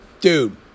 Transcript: Dude